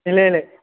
बेलाय बेलाय